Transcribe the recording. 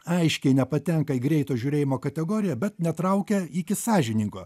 aiškiai nepatenka į greito žiūrėjimo kategoriją bet netraukia iki sąžiningo